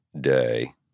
Day